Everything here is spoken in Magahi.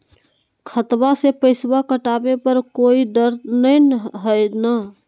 खतबा से पैसबा कटाबे पर कोइ डर नय हय ना?